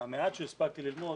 מהמעט שהספקתי ללמוד